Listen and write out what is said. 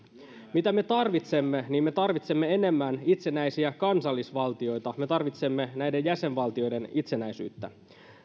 mitä me tarvitsemme me tarvitsemme enemmän itsenäisiä kansallisvaltioita me tarvitsemme näiden jäsenvaltioiden itsenäisyyttä